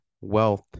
wealth